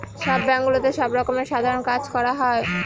সব ব্যাঙ্কগুলোতে সব রকমের সাধারণ কাজ করা হয়